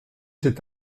cet